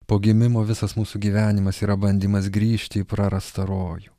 po gimimo visas mūsų gyvenimas yra bandymas grįžti į prarastą rojų